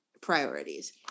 priorities